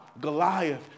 Goliath